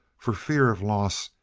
for fear of loss,